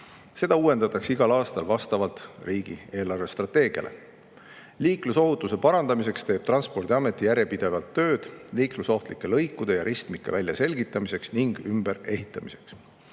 Seda uuendatakse igal aastal vastavalt riigi eelarvestrateegiale. Liiklusohutuse parandamiseks teeb Transpordiamet järjepidevalt tööd liiklusohtlike lõikude ja ristmike väljaselgitamiseks ning ümberehitamiseks.